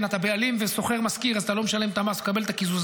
אתה בעלים ושוכר-משכיר אז אתה לא משלם את המס ומקבל את הקיזוז,